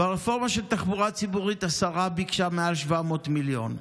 ברפורמה של התחבורה הציבורית השרה ביקשה מעל 700 מיליון.